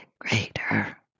greater